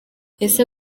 ese